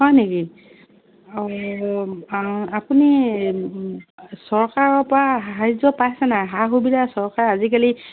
হয় নেকি আপুনি চৰকাৰৰপৰা সাহাৰ্য পাইছে নাই সা সুবিধা চৰকাৰে আজিকালি